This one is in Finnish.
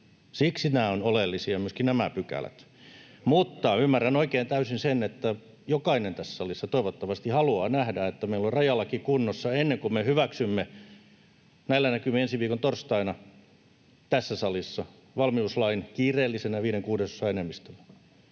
myöskin nämä pykälät, mutta ymmärrän oikein täysin sen, että jokainen tässä salissa, toivottavasti, haluaa nähdä, että meillä on rajalaki kunnossa, ennen kuin me hyväksymme näillä näkymin ensi viikon torstaina tässä salissa valmiuslain kiireellisenä viiden kuudesosan enemmistöllä.